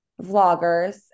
vloggers